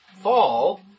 fall